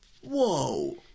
whoa